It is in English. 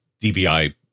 dvi